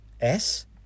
S